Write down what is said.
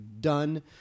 Done